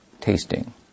tasting